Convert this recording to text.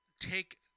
take